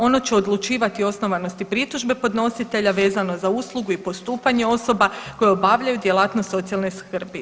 Ono će odlučivati o osnovanosti pritužbe podnositelja vezano za uslugu i postupanje osoba koje obavljaju djelatnost socijalne skrbi.